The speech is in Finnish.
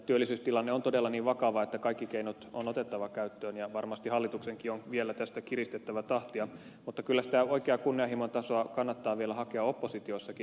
työllisyystilanne on todella niin vakava että kaikki keinot on otettava käyttöön ja varmasti hallituksenkin on vielä tästä kiristettävä tahtia mutta kyllä sitä oikeaa kunnianhimon tasoa kannattaa vielä hakea oppositiossakin